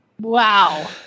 Wow